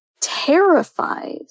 terrified